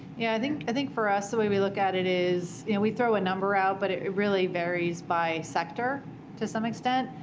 yeah, i think i think for us, the way we look at it is, and we throw a number out, but it really varies by sector to some extent.